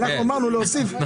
אמרנו להוסיף.